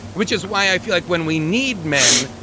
which is why i feel like when we need men,